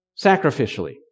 Sacrificially